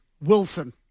Wilson